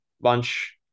bunch